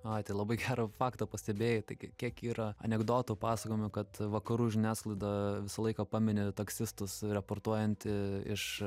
ai tai labai gerą faktą pastebėjai tai gi kiek yra anekdotų pasakojimų kad vakarų žiniasklaida visą laiką pamini taksistus raportuojant iš